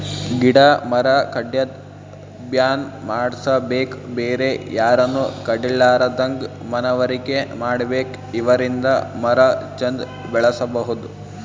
ಗಿಡ ಮರ ಕಡ್ಯದ್ ಬ್ಯಾನ್ ಮಾಡ್ಸಬೇಕ್ ಬೇರೆ ಯಾರನು ಕಡಿಲಾರದಂಗ್ ಮನವರಿಕೆ ಮಾಡ್ಬೇಕ್ ಇದರಿಂದ ಮರ ಚಂದ್ ಬೆಳಸಬಹುದ್